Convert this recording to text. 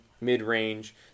mid-range